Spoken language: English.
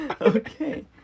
Okay